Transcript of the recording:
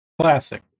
Classic